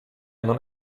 non